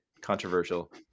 Controversial